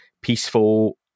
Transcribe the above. peaceful